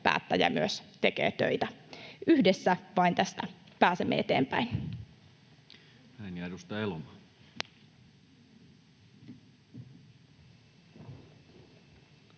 päättäjä myös tekee töitä. Vain yhdessä tästä pääsemme eteenpäin.